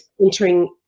entering